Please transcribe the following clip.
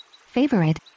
Favorite